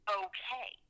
okay